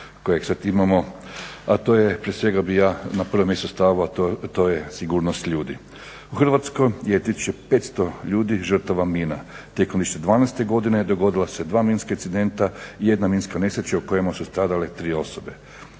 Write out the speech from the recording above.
koje sad imamo, a to je prije svega bih ja na prvom mjestu stavio a to je sigurnost ljudi. U Hrvatskoj je 3500 ljudi žrtava mina. Tijekom 2012. dogodila su se dva minska incidenta i jedna minska nesreća u kojima su stradale 3 osobe.